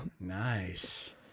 Nice